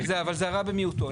אבל זה הרע במיעוטו.